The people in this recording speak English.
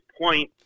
point